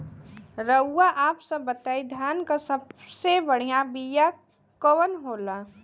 रउआ आप सब बताई धान क सबसे बढ़ियां बिया कवन होला?